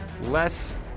less